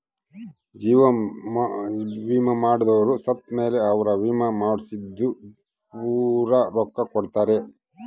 ಜೀವ ವಿಮೆ ಮಾಡ್ಸದೊರು ಸತ್ ಮೇಲೆ ಅವ್ರ ವಿಮೆ ಮಾಡ್ಸಿದ್ದು ಪೂರ ರೊಕ್ಕ ಕೊಡ್ತಾರ